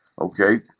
Okay